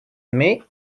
mate